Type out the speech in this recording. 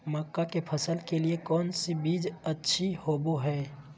मक्का के फसल के लिए कौन बीज अच्छा होबो हाय?